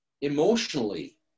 emotionally